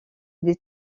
des